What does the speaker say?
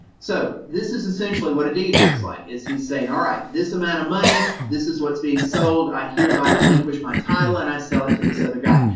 so this is essentially what a deed looks like, is he's saying, all right, this amount of money, this is what's being sold, i hereby relinquish my title and i sell it to this other guy.